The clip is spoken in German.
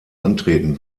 antreten